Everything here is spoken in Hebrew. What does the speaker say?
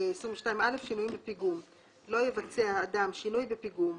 "שינויים בפיגום 22א. לא יבצע אדם שינוי בפיגום,